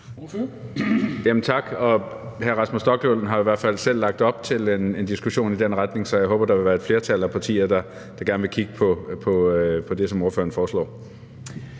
Tak, og hr. Rasmus Stoklund har i hvert fald selv lagt op til en diskussion i den retning, så jeg håber, der vil være et flertal af partier, der gerne vil kigge på det, som ordføreren foreslår.